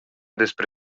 despre